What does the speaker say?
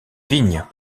vignes